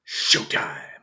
showtime